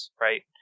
right